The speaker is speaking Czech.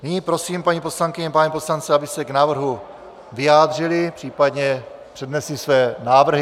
Nyní prosím paní poslankyně a pány poslance, aby se k návrhu vyjádřili, případně přednesli své návrhy.